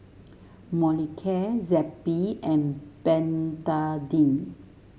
Molicare Zappy and Betadine